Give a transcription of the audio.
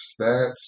stats